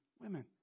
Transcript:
women